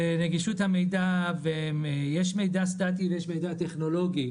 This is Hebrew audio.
נגישות המידע, יש מידע סטטי ויש מידע טכנולוגי.